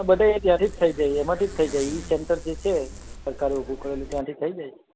બધે એ ત્યાંથી જ થઈ જાય એમાંથી થઈ જાય ઇસેન્ટર જે છે સરકારે ઊભું કરેલું ત્યાંથી થઈ જાય